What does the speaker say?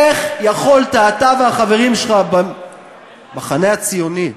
איך יכולתם אתה והחברים שלך במחנה הציוני,